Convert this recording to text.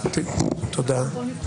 תודה.